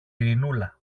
ειρηνούλα